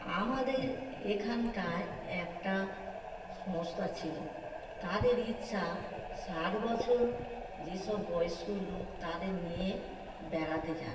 আমাদের এখানটায় একটা সংস্থা ছিল তাদের ইচ্ছা ষাট বছর যেসব বয়স্ক লোক তাদের নিয়ে বেড়াতে যাবে